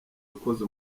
ukoze